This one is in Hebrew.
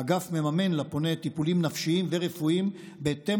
האגף מממן לפונה טיפולים נפשיים ורפואיים בהתאם